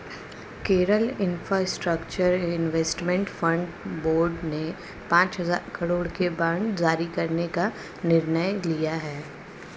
Kerala infrastructure investment fund board ने पांच हजार करोड़ के बांड जारी करने का निर्णय लिया